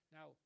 Now